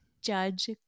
Judge